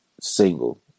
single